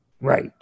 right